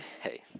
hey